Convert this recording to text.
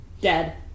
Dead